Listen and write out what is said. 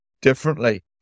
differently